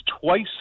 twice